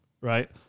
right